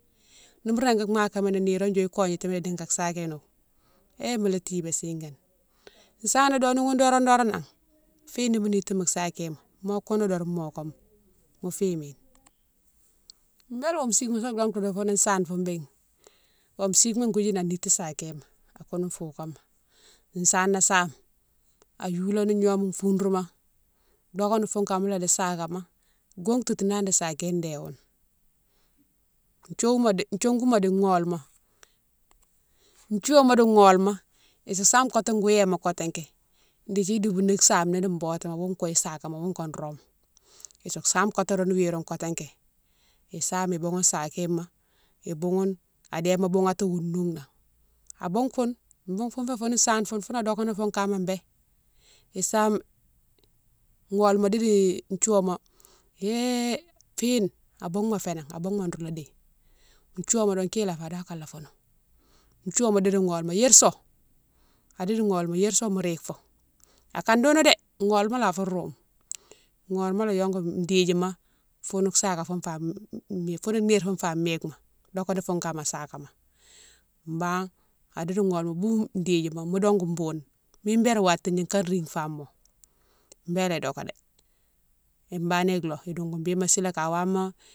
Nimo régui makamini nirone yo kognatimini dika sakénone hé mola tibé sigane, sana do ni ghounne doron- doron nan fine nimo niti mo sakéma mo kounou doron mokama mo fimi, bélé wonfu sigama fé dongtouma difoune sane foune béne, wonfou siguema goudjite a niti sakéma a kounou foukama, sana same a youlani gnoma fondrouma dokéni foune kane mola di sagama, gontounani di sakéne déghone, thiouwouma di, thiogouma di gholma, thiowouma di gholma isi same kotéke gouwéma kotéké dékdi doubouni same ni di botouma iwo kouye sakéma ghoune ko rome, isi same kotéké youne wiroune kotéké, isame iboughoune sakéma, iboughoune adéma boughati wou nounan, aboung foune, boughoune foune fé fé fou sane foune founé dokéni foune kama bé isame, gholma didi thiouwama hé fine aboung ma fénan, aboung ma nrola déye, thiouwama di ki la fé, idi akane né fonan. Thiowama di gholma yirso adi gholma yirso mo rike fo akane dounou dé gholma lé afou roume gholma lé yongou didjima foune saké foune fa mike, foune nire foune fa mikema donkéni foune kama sakama, banne adi gholma bou didjilma mo dongou boune mine birane watédji ka rine famo bélé doké dé, bani ilo idoungou bima sila ka wama.